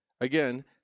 again